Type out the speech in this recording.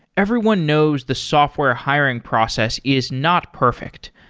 everyone knows the software hiring process is not perfect.